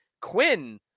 Quinn